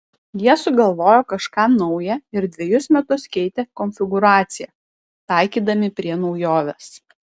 jie sugalvojo kažką nauja ir dvejus metus keitė konfigūraciją taikydami prie naujovės